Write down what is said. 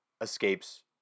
escapes